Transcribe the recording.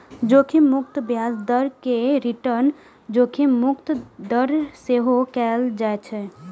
जोखिम मुक्त ब्याज दर कें रिटर्नक जोखिम मुक्त दर सेहो कहल जाइ छै